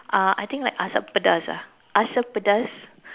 uh I think like asam pedas ah asam pedas